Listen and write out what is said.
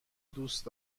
دوست